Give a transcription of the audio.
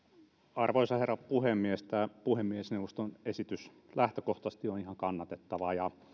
arvoisa herra puhemies tämä puhemiesneuvoston esitys lähtökohtaisesti on ihan kannatettava